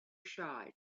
shy